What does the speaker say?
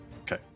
Okay